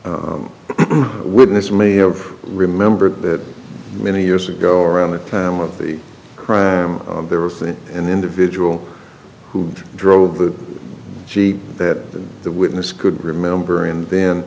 the witness may have remembered that many years ago around the time of the crime there was an individual who drove the jeep that the witness could remember and then